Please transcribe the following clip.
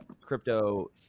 crypto